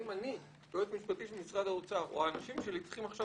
האם אני יועץ משפטי של משרד האוצר או האנשים שלי צריכים עכשיו